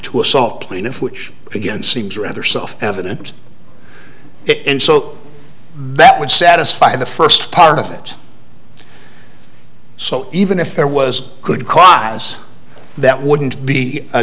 to assault plaintiff which again seems rather self evident it and so that would satisfy the first part of it so even if there was a good cause that wouldn't be a